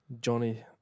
Johnny